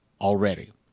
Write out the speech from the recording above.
already